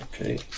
Okay